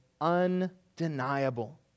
undeniable